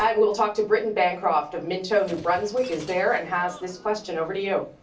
um we'll talk to britten bancroft of minto, new brunswick, is there and has this question. over to you.